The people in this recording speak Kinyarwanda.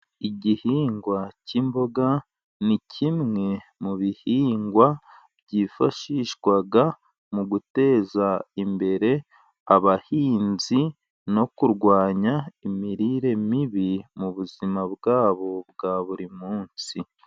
Igihingwa cy'imboga ni kimwe mu bihingwa byifashishwa mu guteza imbere abahinzi, no kurwanya imirire mibi mu buzima bwabo bwa buri munsi.